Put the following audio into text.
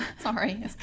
sorry